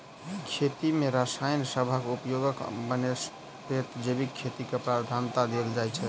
खेती मे रसायन सबहक उपयोगक बनस्पैत जैविक खेती केँ प्रधानता देल जाइ छै